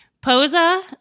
posa